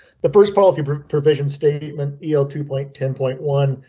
the first policy provision statement l two point ten point one